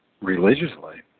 religiously